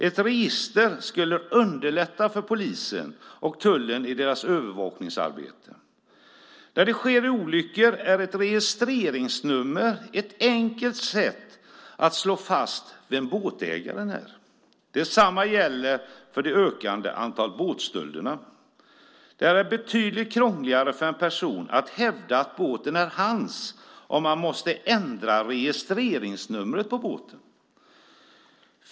Ett register skulle underlätta för polisen och tullen i deras övervakningsarbete. När det sker olyckor är ett registreringsnummer ett enkelt sätt att slå fast vem båtägaren är. Detsamma gäller för det ökande antalet båtstölder. Det är betydligt krångligare för en person att hävda att båten är hans om man måste ändra registreringsnumret på båten.